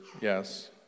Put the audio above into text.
yes